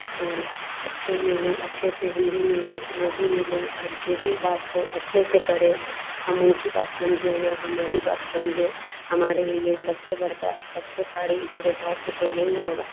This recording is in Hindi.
और अच्छे मिलें अच्छे से हम भी मिलें वो भी मिलें और जो भी बात हो अच्छे से करे हम उनकी बात समझें वो हमारी बात समझें हमारे लिए सबसे बड़का सबसे भाड़ी दुर्भाग्य तो यही होगा